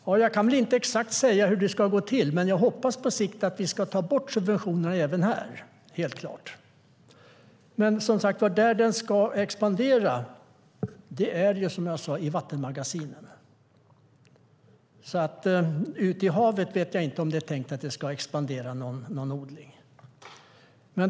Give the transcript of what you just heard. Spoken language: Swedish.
Herr talman! Jag kan inte exakt säga hur det ska gå till, men jag hoppas att vi på sikt ska ta bort subventionerna även här, helt klart. Där odlingen ska expandera är, som jag sade, i vattenmagasinen. Ute i havet vet jag inte om det är tänkt att odlingen ska expandera.